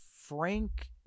Frank